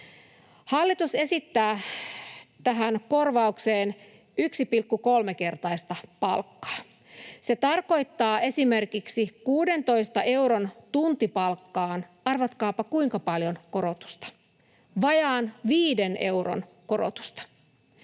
Hallitus esittää tähän korvaukseen 1,3-kertaista palkkaa. Se tarkoittaa esimerkiksi 16 euron tuntipalkkaan — arvatkaapa kuinka paljon korotusta? Vajaan 5 euron korotusta.